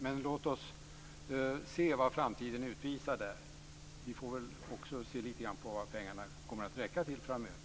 Men låt oss se vad framtiden utvisar där! Vi får väl också se vad pengarna kommer att räcka till framöver.